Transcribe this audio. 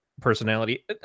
personality